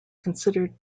considered